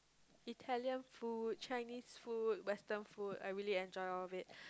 Italian food Chinese food Western food I really enjoy all of it